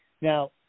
Now